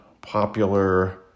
popular